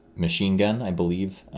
machine gun i believe,